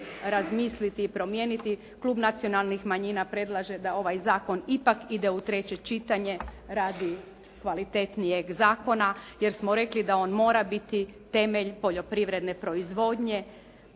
razmisliti i promijeniti. Klub nacionalnih manjina predlaže da ovaj zakon ipak ide u treće čitanje radi kvalitetnijeg zakona. Jer smo rekli da on mora biti temelj poljoprivredne proizvodnje,